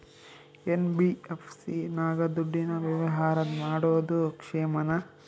NBFC ನಾಗ ದುಡ್ಡಿನ ವ್ಯವಹಾರ ಮಾಡೋದು ಕ್ಷೇಮಾನ?